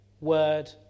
word